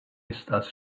estas